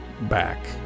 back